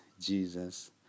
Jesus